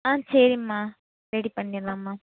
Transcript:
ஆ சரிம்மா ரெடி பண்ணிடலாம்மா